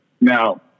Now